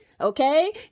okay